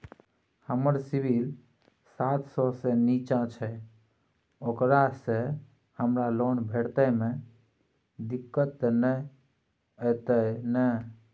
हमर सिबिल सात सौ से निचा छै ओकरा से हमरा लोन भेटय में दिक्कत त नय अयतै ने?